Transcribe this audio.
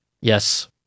Yes